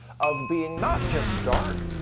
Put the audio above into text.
of being not just dark,